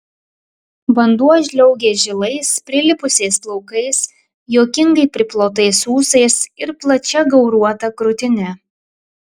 vanduo žliaugė žilais prilipusiais plaukais juokingai priplotais ūsais ir plačia gauruota krūtine